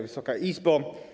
Wysoka Izbo!